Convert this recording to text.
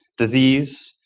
disease,